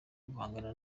guhangana